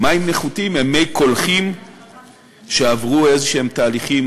מים נחותים הם מי קולחין שעברו תהליכים